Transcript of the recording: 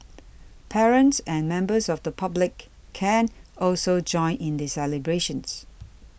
parents and members of the public can also join in the celebrations